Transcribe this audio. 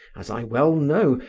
as i well know,